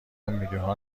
میلیونها